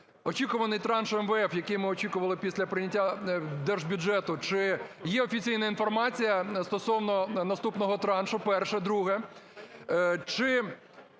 Очікуваний транш МВФ, який ми очікували після прийняття Держбюджету, чи є офіційна інформація стосовно наступного траншу? Перше. Друге.